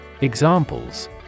Examples